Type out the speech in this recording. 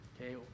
okay